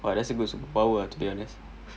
!wah! that's a good superpower ah to be honest